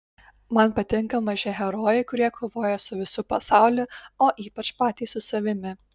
man patinka maži herojai kurie kovoja su visu pasauliu o ypač patys su savimi